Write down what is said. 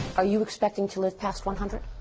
are you expecting to live past one hundred?